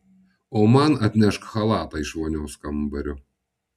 o man atnešk chalatą iš vonios kambario